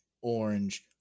orange